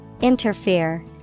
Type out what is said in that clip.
Interfere